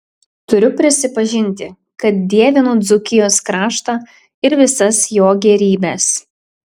turiu prisipažinti kad dievinu dzūkijos kraštą ir visas jo gėrybes